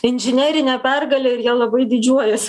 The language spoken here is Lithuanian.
inžinerinę pergalę ir ja labai didžiuojas